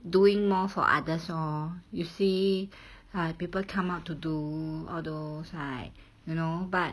doing more for others lor you see ah people come up to do all those like you know but